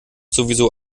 sowieso